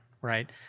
right